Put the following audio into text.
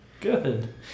Good